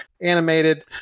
animated